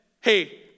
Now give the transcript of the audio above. hey